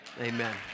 Amen